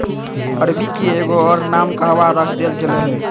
अरबी के एगो और नाम कहवा रख देल गेलय हें